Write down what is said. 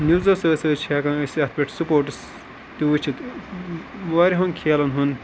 نِوزو سۭتۍ سۭتۍ چھِ ہٮ۪کان أسۍ اَتھ پٮ۪ٹھ سپوٹٕس تہِ وٕچھِتھ واریَہَن کھیلَن ہُنٛد